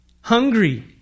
Hungry